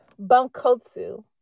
Bunkotsu